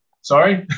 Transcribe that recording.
Sorry